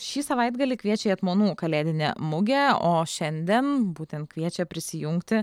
šį savaitgalį kviečia į etmonų kalėdinę mugę o šiandien būtent kviečia prisijungti